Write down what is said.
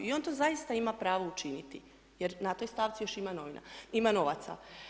I on to zaista ima pravo učiniti jer na toj stavci još ima novaca.